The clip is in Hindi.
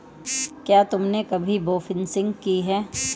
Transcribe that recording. क्या तुमने कभी बोफिशिंग की है?